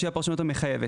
שהיא הפרשנות המחייבת.